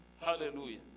Hallelujah